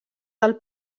del